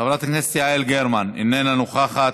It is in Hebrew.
חברת הכנסת יעל גרמן, איננה נוכחת,